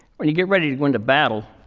when you get ready to go into battle,